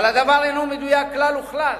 אבל הדבר אינו מדויק כלל וכלל,